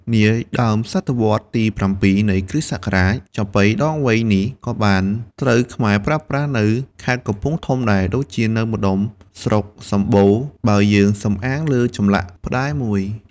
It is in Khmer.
នាដើមសតវត្សរ៍ទី៧ នៃគ្រិស្តសករាជ ចាប៉ីដងវែងនេះក៏បានត្រូវខ្មែរប្រើប្រាស់នៅខេត្តកំពង់ធំដែរ ដូចជានៅម្តុំស្រុកសម្បូរ បើយើងសំអាងលើចម្លាក់ផ្តែរមួយ។